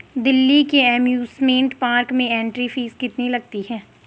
दिल्ली के amusement park में entry fee कितनी लगती है?